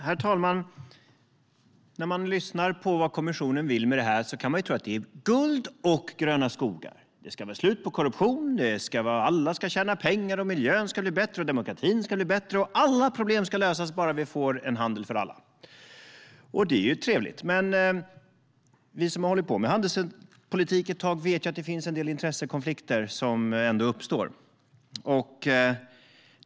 Herr talman! När man lyssnar på vad kommissionen vill med detta kan man tro att det är guld och gröna skogar. Det ska vara slut på korruption, alla ska tjäna pengar, miljön ska bli bättre, demokratin ska bli bättre och alla problem ska lösa sig bara vi får en handel för alla. Det är ju trevligt, men vi som har hållit på med handelspolitik ett tag vet att det ändå uppstår en del intressekonflikter.